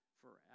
forever